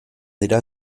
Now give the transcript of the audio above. dira